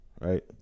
right